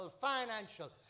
financial